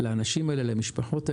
לאנשים האלה.